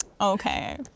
Okay